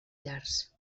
llars